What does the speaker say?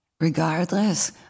regardless